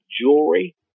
jewelry